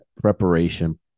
preparation